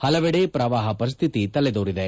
ಹಲವೆಡೆ ಪ್ರವಾಹ ಪರಿಸ್ವಿತಿ ತಲೆದೋರಿದೆ